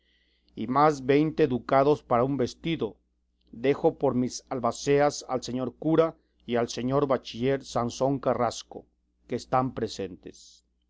y más veinte ducados para un vestido dejo por mis albaceas al señor cura y al señor bachiller sansón carrasco que están presentes